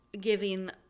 giving